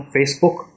Facebook